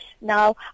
Now